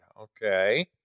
Okay